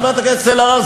חברת הכנסת אלהרר,